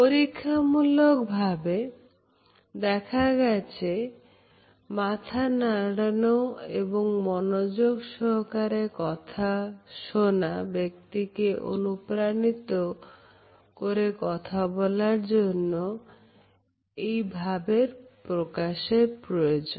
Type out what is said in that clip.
পরীক্ষামূলকভাবে দেখা গেছে তার মাথা নাড়ানো এবং মনোযোগ সহকারে কথা শোনা বক্তাকে অনুপ্রাণিত করে কথা বলার জন্য এবং ভাব প্রকাশের জন্য